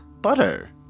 butter